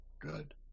good